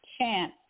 chance